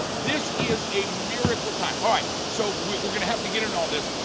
this is a miracle time. alright, so we're going to have to get in all this.